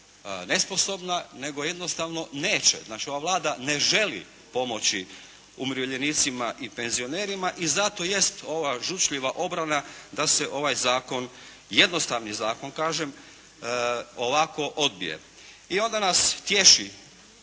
nego jednostavno neće, znači ova Vlada ne želi pomoći umirovljenicima i penzionerima i zato jest ova žučljiva obrana da se ovaj zakon, jednostavni zakon kažem ovako odbije. I onda nas tješi